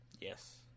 Yes